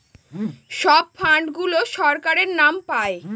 সব ফান্ড গুলো সরকারের নাম পাই